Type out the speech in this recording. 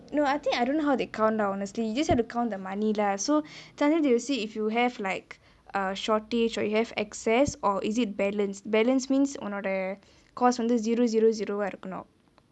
no I think I don't know how they count lah honestly you just have to count the money lah so sometimes they will see if you have like err shortage or you have excess or is it balanced balanced means உன்னோடே:unnodae cost வந்து:vanthu zero zero zero வா இருக்கனோ:vaa irukano